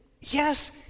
Yes